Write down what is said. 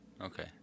Okay